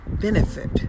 benefit